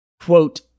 quote